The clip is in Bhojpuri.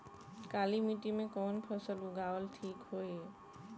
काली मिट्टी में कवन फसल उगावल ठीक होई?